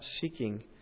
seeking